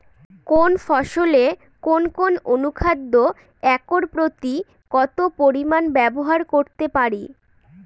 কোন ফসলে কোন কোন অনুখাদ্য একর প্রতি কত পরিমান ব্যবহার করতে পারি?